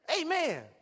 Amen